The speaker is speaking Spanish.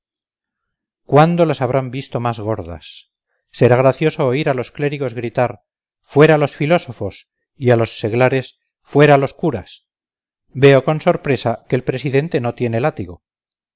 cuándo las habrán visto más gordas será gracioso oír a los clérigos gritar fuera los filósofos y a los seglares fuera los curas veo con sorpresa que el presidente no tiene látigo